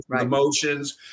emotions